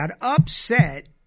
upset